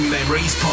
Memories